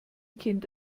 kind